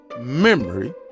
memory